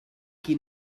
qui